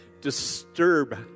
disturb